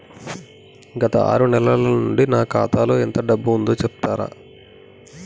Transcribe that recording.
గత ఆరు నెలల నుంచి నా ఖాతా లో ఎంత డబ్బు ఉందో చెప్తరా?